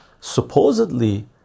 supposedly